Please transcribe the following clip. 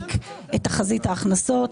לעומק את תחזית ההכנסות,